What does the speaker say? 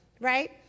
right